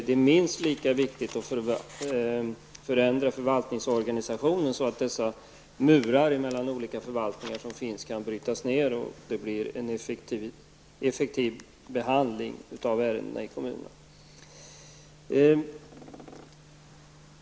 Det är minst lika viktigt att förändra förvaltningsorganisationen så att dessa murar som finns mellan olika förvaltningar kan brytas ned och att det blir en effektiv behandling av ärendena i kommunerna.